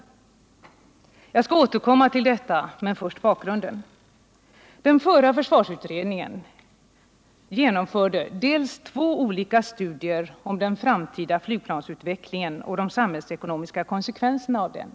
Jag skall återkomma till detta, men först bakgrunden. Den förra försvarsutredningen genomförde två olika studier av den framtida flygplansutvecklingen och de samhällsekonomiska konsekvenserna av den.